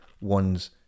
ones